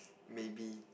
maybe